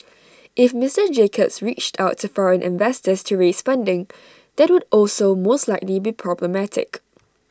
if Mister Jacobs reached out to foreign investors to raise funding that would also most likely be problematic